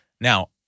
Now